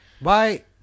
Bye